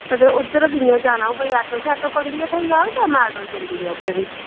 उद्धर कि'यां जाना कोई आटो शेटो पकड़ी थ्होई जाओ जां मेटाडोर जंदी ऐ उत्थै बी